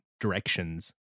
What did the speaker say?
directions